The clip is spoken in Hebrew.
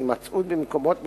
הימצאות במקומות מסוימים,